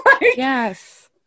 Yes